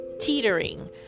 teetering